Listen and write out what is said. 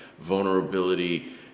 vulnerability